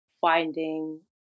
finding